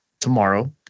tomorrow